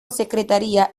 secretaría